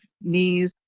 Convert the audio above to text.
knees